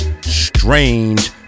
Strange